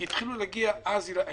כי התחילו להגיע אז ילדים עם קורונה.